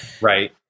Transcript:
right